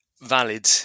valid